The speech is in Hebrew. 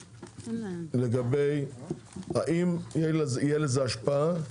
לגבי האם תהיה לזה השפעה בטוחה,